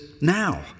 now